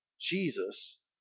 Jesus